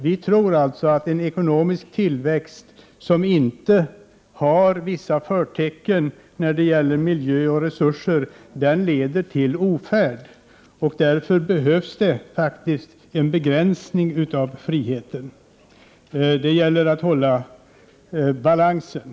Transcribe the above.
Vi tror alltså att en ekonomisk tillväxt som inte har vissa förtecken när det gäller miljö och resurser leder till ofärd. Därför behövs det faktiskt en begränsning av friheten. Det gäller att hålla balansen.